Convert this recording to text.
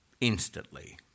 instantly